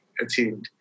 achieved